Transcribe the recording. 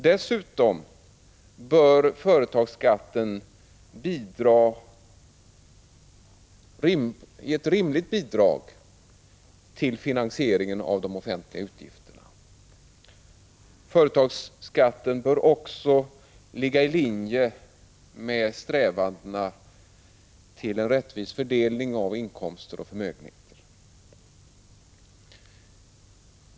Dessutom bör företagsskatten ge ett rimligt bidrag till finansieringen av de offentliga utgifterna. Företagsskatten bör också ligga i linje med strävandena till en rättvis fördelning av inkomster och förmögenheter.